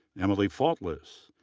emily faultless,